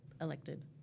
elected